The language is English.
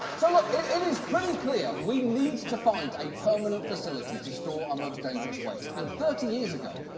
so, look, it it is pretty clear we need to find a permanent facility to store our most dangerous waste. and thirty years ago,